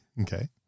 Okay